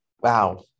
Wow